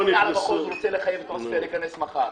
--- רוצה לחייב את עוספיה להיכנס מחר.